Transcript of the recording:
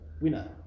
winner